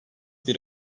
bir